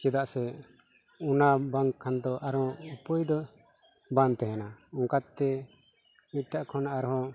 ᱪᱮᱫᱟᱜ ᱥᱮ ᱚᱱᱟ ᱵᱟᱝᱠᱷᱟᱱ ᱫᱚ ᱟᱨᱦᱚᱸ ᱩᱯᱟᱹᱭ ᱫᱚ ᱵᱟᱝ ᱛᱟᱦᱮᱱᱟ ᱚᱱᱠᱟᱛᱮ ᱢᱤᱫᱴᱮᱱ ᱠᱷᱚᱱᱟᱜ ᱟᱨᱦᱚᱸ